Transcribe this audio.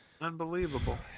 Unbelievable